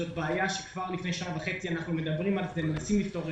זאת בעיה שכבר לפני שנה וחצי דיברנו עליה וניסינו לפתור.